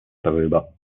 darüber